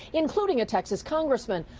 including a texas congressman,